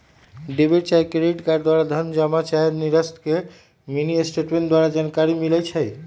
debit चाहे credit card द्वारा धन जमा चाहे निस्तारण के मिनीस्टेटमेंट द्वारा जानकारी मिलइ छै